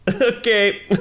Okay